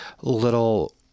little